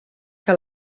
que